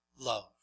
love